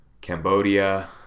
Cambodia